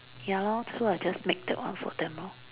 ya lor so I just make that one for them lor